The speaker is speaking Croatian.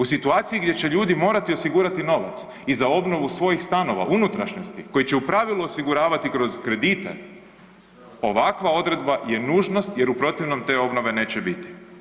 U situaciji gdje će ljudi morati osigurati novac i za obnovu svojih stanova, unutrašnjosti koje će u pravilu osiguravati kroz kredite, ovakva odredba je nužnost jer u protivnom te obnove neće biti.